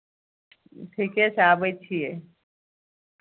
ठीके छै आबै छियै